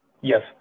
Yes